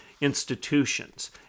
institutions